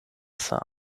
sama